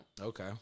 Okay